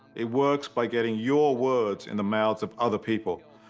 it works by getting your words in the mouths of other people,